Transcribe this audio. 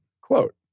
Quote